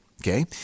Okay